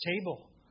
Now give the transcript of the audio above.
table